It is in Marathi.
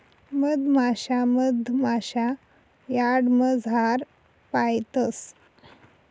मधमाशा मधमाशा यार्डमझार पायतंस